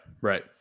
Right